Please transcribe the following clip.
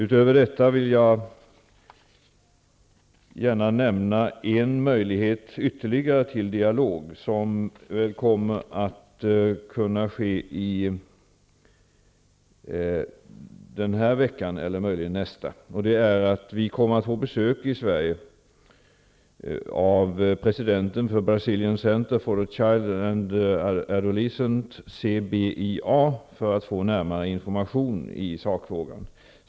Utöver detta vill jag nämna ytterligare en möjlighet till dialog som ges denna eller nästa vecka. Vi kommer att få besök i Sverige av presidenten för CBIA, för att få närmare information i sakfrågan.